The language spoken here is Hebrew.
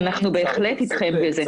אנחנו בהחלט אתכם בזה.